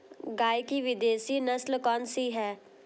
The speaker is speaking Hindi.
गाय की विदेशी नस्ल कौन सी है?